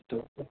अस्तु